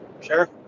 Sure